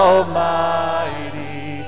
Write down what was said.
Almighty